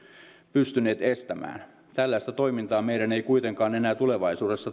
pystyneet estämään tällaista toimintaa meidän ei kuitenkaan enää tulevaisuudessa